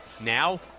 now